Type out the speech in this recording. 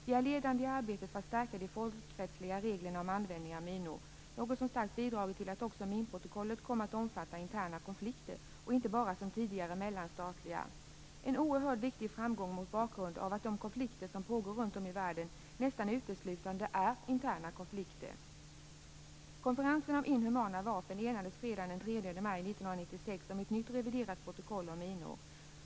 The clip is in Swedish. Vi var ledande i arbetet på att stärka de folkrättsliga reglerna om användning av minor, något som starkt bidragit till att också minprotokollet kom att omfatta interna konflikter, inte bara som tidigare mellanstatliga konflikter. Det är en oerhört viktig framgång mot bakgrund av att de konflikter som pågår runt om i världen nästan uteslutande är interna konflikter. Konferensen om inhumana vapen enades fredagen den 3 maj 1996 om ett nytt reviderat protokoll om minor.